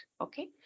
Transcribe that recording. Okay